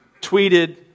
tweeted